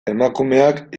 emakumeak